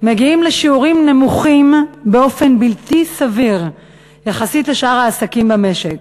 מגיעים לשיעורים נמוכים באופן בלתי סביר יחסית לשאר העסקים במשק.